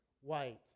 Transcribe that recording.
white